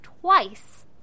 twice